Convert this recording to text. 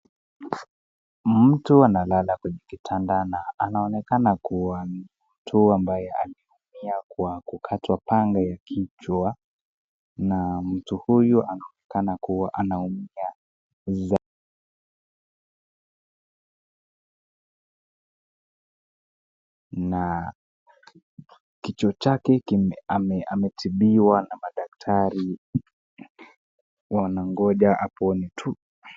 Mtu analala kwenye kitanda na anaonekana kuwa mtu ambaye ameumia kwa kukatwa panga ya kichwa. Na mtu huyu anaonekana kuwa anaumia za. Na kichwa chake kime ametibiwa na madaktari wanangoja apone tu.